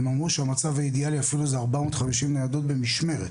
הם אמרו שהמצב האידיאלי אפילו זה 450 ניידות במשמרת.